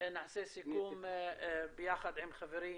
נעשה סיכום ביחד עם חברי